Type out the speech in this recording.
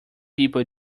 people